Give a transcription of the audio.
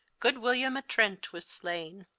good william a trent was slaine.